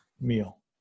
meal